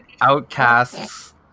outcasts